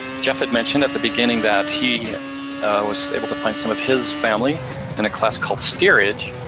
geoff had mentioned at the beginning that he was able to find some of his family in a class called steerage.